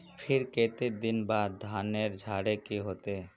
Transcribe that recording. फिर केते दिन बाद धानेर झाड़े के होते?